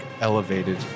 elevated